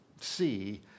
see